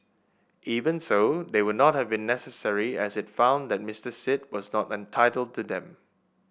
even so they would not have been necessary as it found that Mister Sit was not entitled to them